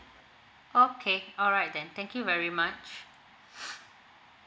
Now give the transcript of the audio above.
okay alright then thank you very much